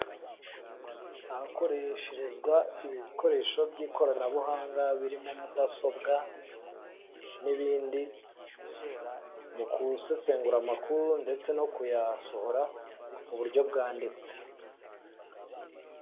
Ahakoreshezwa ibikoresho by'ikoranabuhanga birimo mudasobwa n'ibindi, mu kusesengura amakuru ndetse no kuyasohora mu buryo bwanditse.